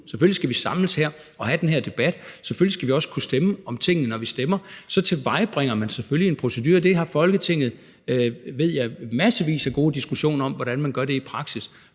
Selvfølgelig skal vi samles her og have den her debat. Selvfølgelig skal vi også kunne stemme om tingene, når vi stemmer. Så tilvejebringer man selvfølgelig en procedure, og Folketinget har, ved jeg, massevis af gode diskussioner om, hvordan man gør det i praksis,